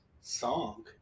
song